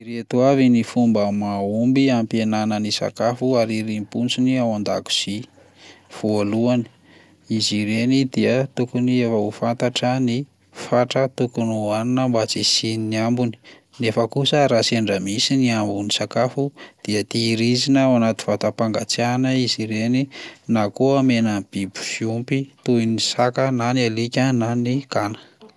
Ireto avy ny fopba mahomby hampihenana ny sakafo ariariam-potsiny ao an-dakozia: voalohany, izy ireny dia tokony efa ho fantatra ny fatra tokony hohanina mba tsy hisian'ny ambiny, nefa kosa raha sendra misy ny ambin'ny sakafo de tehirizina ao anaty vatam-pangatsiahana izy ireny na koa omena ny biby fiompy toy ny saka na ny alika na ny gana.